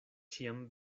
ĉiam